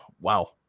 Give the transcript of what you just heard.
wow